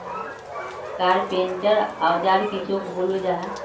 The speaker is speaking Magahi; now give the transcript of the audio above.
कारपेंटर औजार किसोक बोलो जाहा?